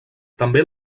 també